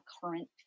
current